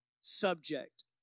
subject